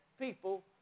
people